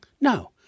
No